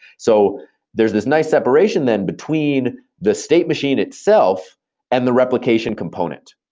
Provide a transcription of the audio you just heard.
so there's this nice separation then between the state machine itself and the replication component,